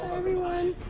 everyone.